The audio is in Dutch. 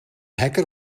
hacker